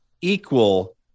equal